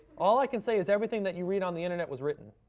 all i can say is everything that you read on the internet was written.